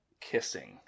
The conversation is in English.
kissing